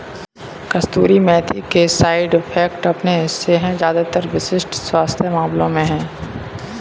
कसूरी मेथी के side effects के अपने हिस्से है ज्यादातर विशिष्ट स्वास्थ्य मामलों में है